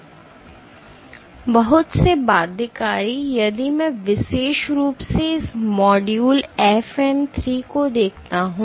इसलिए बहुत से बाध्यकारी यदि मैं विशेष रूप से इस मॉड्यूल FN 3 को देखता हूं